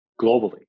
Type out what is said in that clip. globally